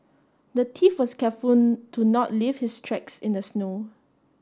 the thief was careful to not leave his tracks in the snow